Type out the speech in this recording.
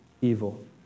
evil